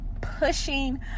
pushing